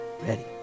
ready